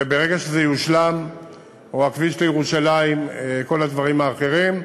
או הכביש לירושלים וכל הדברים האחרים.